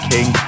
King